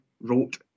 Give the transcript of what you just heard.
wrote